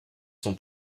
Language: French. son